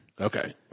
Okay